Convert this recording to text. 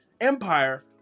empire